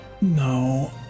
No